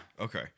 Okay